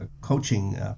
coaching